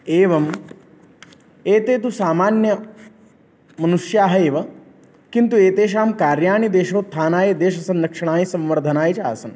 एवम् एते तु सामान्य मनुष्याः एव किन्तु एतेषां कार्याणि देशोत्थानाय देशसंरक्षणाय संवर्धनाय च आसन्